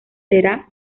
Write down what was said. será